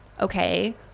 okay